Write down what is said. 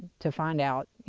to find out, you